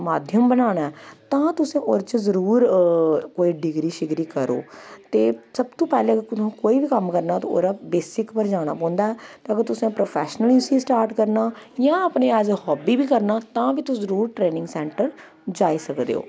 माध्यम बनाना ऐ तां तुस ओह्दे च जरूर कोई डिग्री शिग्री करो ते सब तो पैह्लें तुसें कोई बी कम्म करना ऐ ते ओह्दे बेसिक पर जाना पौंदा ऐ ते अगर तुसें प्रोफैशनली उसी स्टार्ट करना जां अपने ऐज़ ए हॉब्बी बी करना तां बी तुस जरूर ट्रेनिंग सैंटर जाई सकदे ओ